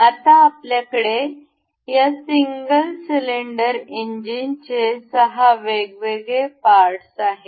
आता आपल्याकडे या सिंगल सिलिंडर इंजिनचे 6 वेगवेगळे पार्ट्स आहेत